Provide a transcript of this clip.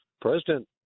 President